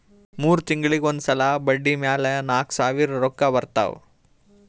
ಮೂರ್ ತಿಂಗುಳಿಗ್ ಒಂದ್ ಸಲಾ ಬಡ್ಡಿ ಮ್ಯಾಲ ನಾಕ್ ಸಾವಿರ್ ರೊಕ್ಕಾ ಬರ್ತಾವ್